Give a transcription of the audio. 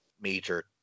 major